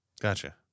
Gotcha